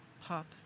Pop